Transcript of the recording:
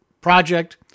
project